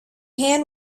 hand